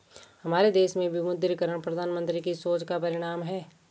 हमारे देश में विमुद्रीकरण प्रधानमन्त्री की सोच का परिणाम है